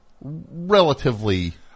relatively